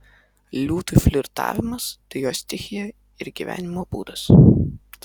liūtui flirtavimas tai jo stichija ir gyvenimo būdas